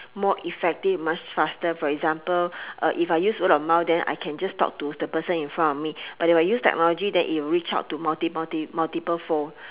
more effective much faster for example if I use word of mouth then I can just talk to the person in front of me but if I use technology then it will reach out to multi multi multiple phone